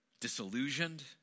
disillusioned